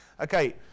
Okay